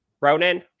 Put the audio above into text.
Ronan